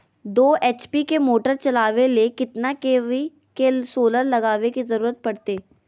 दो एच.पी के मोटर चलावे ले कितना के.वी के सोलर लगावे के जरूरत पड़ते?